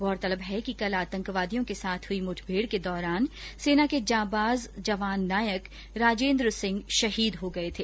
गौरतलब है कि कल आतंकवादियों के साथ हुई मुठभेड़ के दौरान सेना के जांबाज जवान नायक राजेंद्र सिंह शहीद हो गए थे